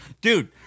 Dude